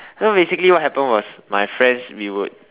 so basically what happened was my friends we would